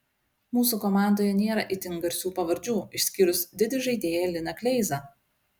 mūsų komandoje nėra itin garsių pavardžių išskyrus didį žaidėją liną kleizą